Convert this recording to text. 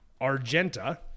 Argenta